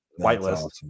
whitelist